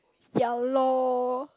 yalor